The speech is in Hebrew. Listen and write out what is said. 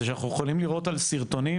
זה שאנחנו יכולים לראות על סרטונים